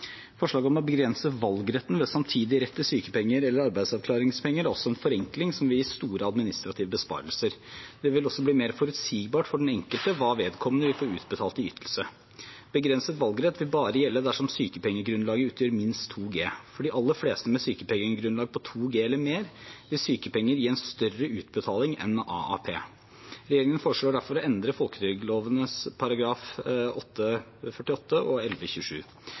Forslaget om å begrense valgretten ved samtidig rett til sykepenger eller arbeidsavklaringspenger er også en forenkling som vil gi store administrative besparelser. Det vil også bli mer forutsigbart for den enkelte hva vedkommende vil få utbetalt i ytelse. Begrenset valgrett vil bare gjelde dersom sykepengegrunnlaget utgjør minst 2 G. For de aller fleste med sykepengegrunnlag på 2 G eller mer vil sykepenger gi en større utbetaling enn AAP. Regjeringen foreslår derfor å endre folketrygdloven §§ 8-48 og